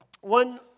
one